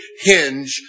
hinge